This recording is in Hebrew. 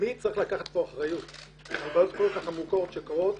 מי צריך לקחת פה אחריות על בעיות כל כך עמוקות שקורות